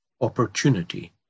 opportunity